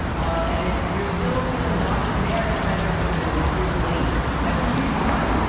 um and if you're still feeling nauseous, may i recommend pepto-bismol? here's a link. i have a coupon.